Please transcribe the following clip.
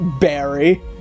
Barry